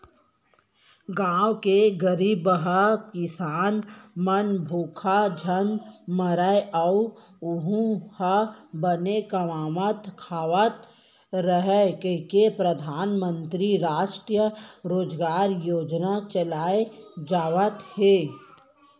गाँव के गरीबहा किसान मन ह भूख झन मरय अउ ओहूँ ह बने कमावत खात रहय कहिके परधानमंतरी रास्टीय रोजगार योजना चलाए जावत हे